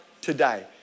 today